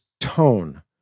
tone